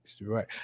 right